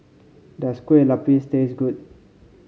does Kue Lupis taste good